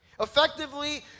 Effectively